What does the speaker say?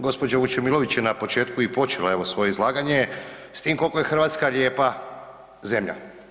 Gđa. Vučemilović je na početku i počela svoje izlaganje s tim koliko je Hrvatska lijepa zemlja.